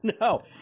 No